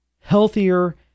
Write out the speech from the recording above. healthier